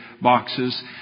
boxes